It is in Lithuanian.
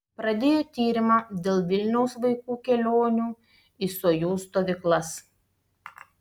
pradėjo tyrimą dėl vilniaus vaikų kelionių į sojuz stovyklas